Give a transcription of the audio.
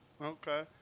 okay